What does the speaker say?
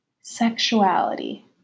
sexuality